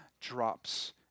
drops